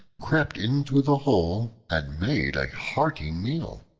crept into the hole and made a hearty meal.